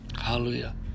hallelujah